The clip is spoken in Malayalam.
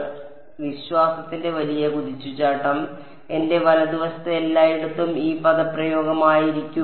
അതിനാൽ വിശ്വാസത്തിന്റെ വലിയ കുതിച്ചുചാട്ടം എന്റെ വലതുവശത്ത് എല്ലായിടത്തും ഈ പദപ്രയോഗം ആയിരിക്കും